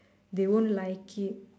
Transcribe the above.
they won't like it